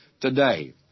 today